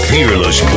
Fearless